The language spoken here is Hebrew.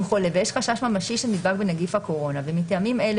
חולה ויש חשש ממשי שנדבק בנגיף הקורונה ומטעמים אלה